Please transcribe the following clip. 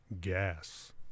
gas